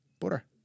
butter